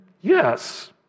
yes